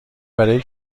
برای